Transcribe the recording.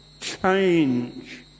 change